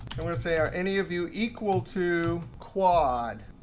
i'm going to say are any of you equal to quad,